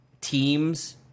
teams